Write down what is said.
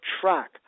track